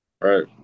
Right